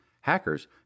Hackers